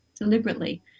deliberately